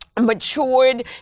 matured